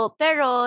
pero